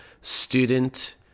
student